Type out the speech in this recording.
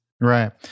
Right